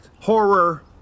Horror